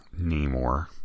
Namor